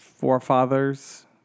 forefathers